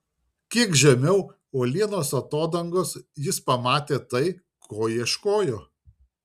kiek žemiau uolienos atodangos jis pamatė tai ko ieškojo